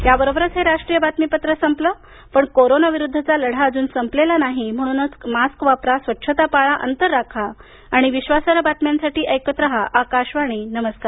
याबरोबरच हे राष्ट्रीय बातमीपत्र संपलं पण कोरोना विरुद्धचा लढा अजून संपलेला नाही म्हणूनच मास्क वापरा स्वच्छता पाळा अंतर राखा आणि विश्वासार्ह बातम्यांसाठी ऐकत रहा आकाशवाणी नमस्कार